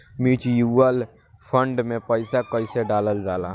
Mutual fund मे पईसा कइसे डालल जाला?